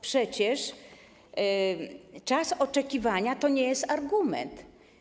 Przecież czas oczekiwania to nie jest argument.